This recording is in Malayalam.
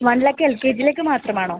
വൺ ലാക്ക് എൽ കെ ജിയിലേക്ക് മാത്രമാണോ